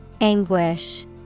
Anguish